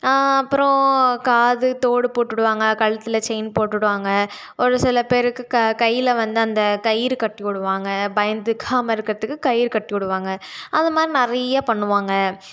அப்பறம் காது தோடு போட்டுவிடுவாங்க கழுத்தில் செயின் போட்டுவிடுவாங்க ஒரு சில பேருக்கு க கையில் வந்து அந்த கயிறு கட்டிவிடுவாங்க பயந்துக்காமல் இருக்கிறதுக்கு கயிறு கட்டிவிடுவாங்க அதுமாதிரி நிறைய பண்ணுவாங்க